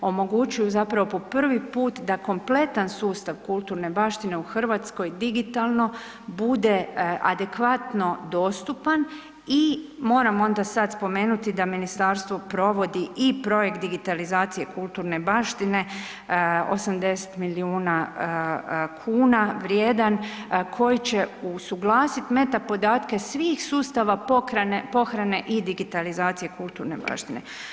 Omogućuju zapravo po prvi put da kompletan sustav kulturne baštine u Hrvatskoj digitalno bude adekvatno dostupan i, moram onda sad spomenuti da ministarstvo provodi i projekt digitalizacije kulturne baštine, 80 milijuna kuna vrijedan, koji će usuglasiti meta podatke svih sustava pohrane i digitalizacije kulturne baštine.